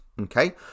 okay